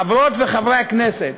חברות וחברי הכנסת,